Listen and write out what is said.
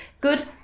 Good